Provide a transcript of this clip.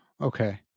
okay